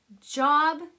job